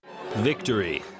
Victory